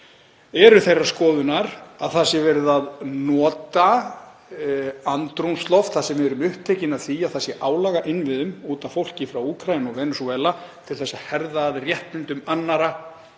eru þeirrar skoðunar að það sé verið að nota andrúmsloft þar sem við erum upptekin af því að það sé álag á innviðum út af fólki frá Úkraínu og Venesúela, til að herða að réttindum annarra og